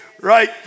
Right